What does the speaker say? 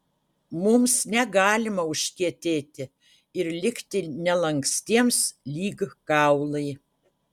mums negalima užkietėti ir likti nelankstiems lyg kaulai